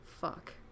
Fuck